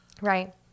Right